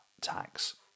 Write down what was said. tax